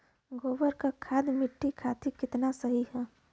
गोबर क खाद्य मट्टी खातिन कितना सही ह?